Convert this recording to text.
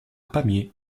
pamiers